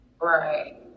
Right